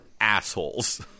assholes